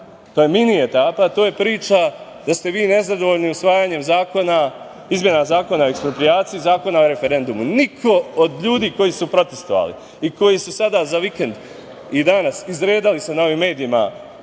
To je mini etapa. To je priča da ste vi nezadovoljni usvajanjem izmena Zakona o eksproprijaciji, Zakona o referendumu. Niko od ljudi koji su protestvovali i koji su sada za vikend i danas izredali se na ovim medijima